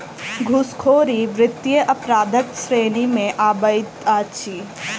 घूसखोरी वित्तीय अपराधक श्रेणी मे अबैत अछि